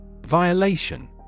Violation